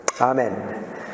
Amen